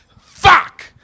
Fuck